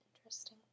interesting